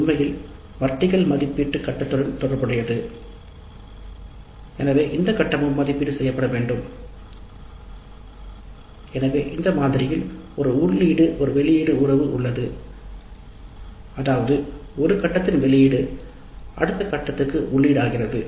அதனால் வெளிப்படையாக இந்த மாதிரியில் ஒரு உள்ளீடு வெளியீட்டு உறவு உள்ளது அதாவது ஒரு கட்டத்தின் வெளியீடு ஒரு கட்டத்தின் அடுத்த கட்டத்திற்கு உள்ளீடாகிறது